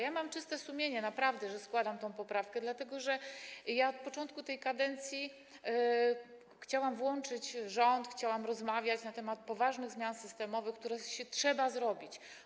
Ja mam czyste sumienie, naprawdę, że składam tę poprawkę, dlatego że od początku tej kadencji chciałam włączyć rząd, chciałam rozmawiać na temat poważnych zmian systemowych, które trzeba zrobić.